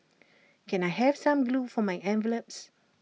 can I have some glue for my envelopes